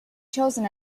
chosen